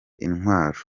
intwaro